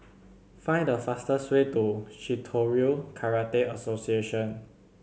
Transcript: find the fastest way to Shitoryu Karate Association